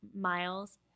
Miles